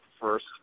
first